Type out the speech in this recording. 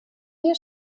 wir